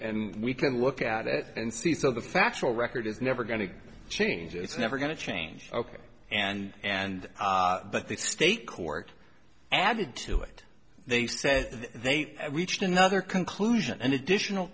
and we can look at it and see so the factual record is never going to change it's never going to change ok and and but the state court added to it they said they reached another conclusion an additional